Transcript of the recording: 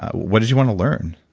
what did you want to learn?